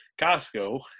Costco